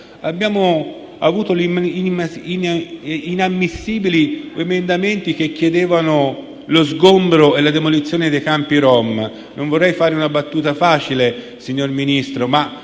come anche emendamenti che chiedevano lo sgombero e la demolizione dei campi rom. Non vorrei fare una battuta facile, signor Ministro, ma